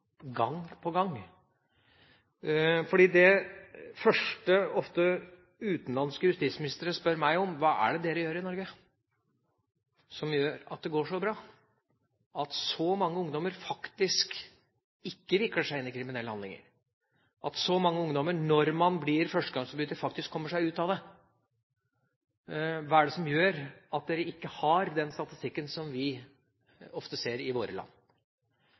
gang på gang. Det første utenlandske justisministre ofte spør meg om er: Hva er det dere gjør i Norge som gjør at det går så bra, at så mange ungdommer faktisk ikke vikler seg inn i kriminelle handlinger, at så mange ungdommer, når man blir førstegangsforbryter, faktisk kommer seg ut av det? Hva er det som gjør at dere ikke har den statistikken som vi ofte ser i våre land?